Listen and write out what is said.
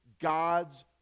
God's